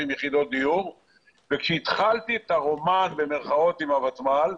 יחידות דיור וכשהתחלתי את ה"רומן" עם הוותמ"ל,